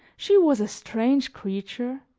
she was a strange creature,